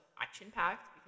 action-packed